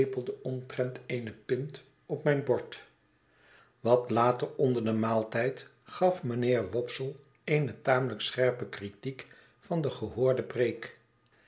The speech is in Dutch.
omtrent eene pint op mijn bord wat later onder den maaltijd gaf mijnheer wopsle eene tamelijk scherpe kritiek van de gehoorde preek